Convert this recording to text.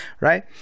right